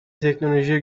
teknolojiye